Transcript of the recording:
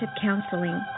counseling